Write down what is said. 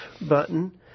button